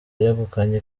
yegukanye